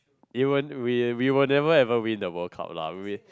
it won't we we will never ever win the World Cup lah we